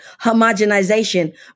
homogenization